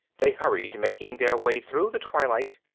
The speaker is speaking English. they hurried, making their way through the twilight,